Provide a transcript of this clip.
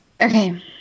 Okay